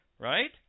Right